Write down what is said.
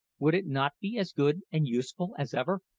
would it not be as good and useful as ever?